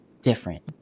different